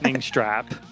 strap